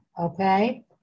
okay